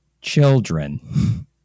children